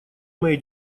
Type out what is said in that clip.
моей